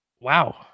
Wow